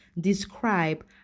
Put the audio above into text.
describe